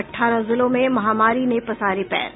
अठारह जिलों में महामारी ने पसारे पैर